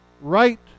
right